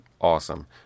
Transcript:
awesome